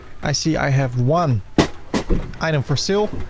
i see i have one item for sale.